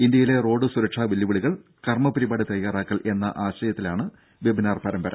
ഇന്ത്യയിലെ റോഡ് സുരക്ഷാ വെല്ലുവിളികൾ കർമ്മപരിപാടി തയ്യാറാക്കൽ എന്ന ആശയത്തിലാണ് വെബിനാർ പരമ്പര